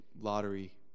lottery –